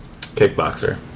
Kickboxer